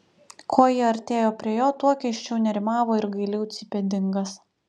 kuo ji artėjo prie jo tuo keisčiau nerimavo ir gailiau cypė dingas